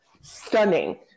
Stunning